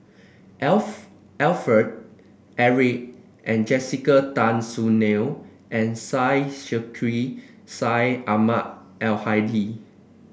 Alfred Eric and Jessica Tan Soon Neo and Syed Sheikh Syed Ahmad Al Hadi